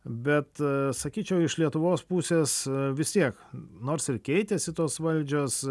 bet sakyčiau iš lietuvos pusės vis tiek nors ir keitėsi tos valdžios